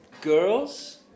girls